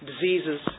Diseases